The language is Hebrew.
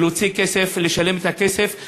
להוציא כסף ולשלם כסף מיותר.